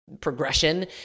progression